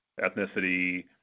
ethnicity